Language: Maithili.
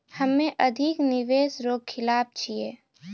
हम्मे अधिक निवेश रो खिलाफ छियै